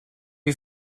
you